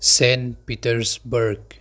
saint petersburg